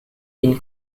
been